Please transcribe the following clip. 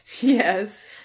Yes